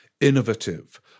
innovative